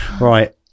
Right